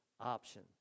option